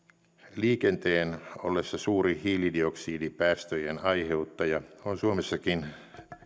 liikenteen ollessa suuri hiilidioksidipäästöjen aiheuttaja on suomessakin